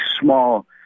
small